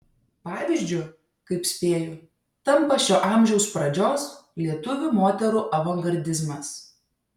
pavyzdžiu kaip spėju tampa šio amžiaus pradžios lietuvių moterų avangardizmas